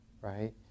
right